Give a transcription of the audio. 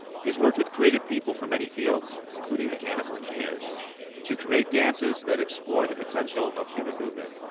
he has worked with creative people from many fields, including mechanical engineers to create dances that explore the potential of human movement.